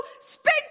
speak